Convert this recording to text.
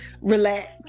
Relax